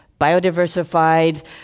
biodiversified